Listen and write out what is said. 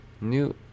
New